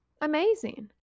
Amazing